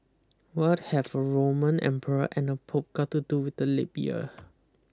what have a Roman emperor and a Pope got to do with the leap year